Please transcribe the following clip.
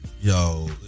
yo